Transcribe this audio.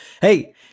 Hey